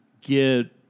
get